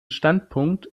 standpunkt